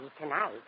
tonight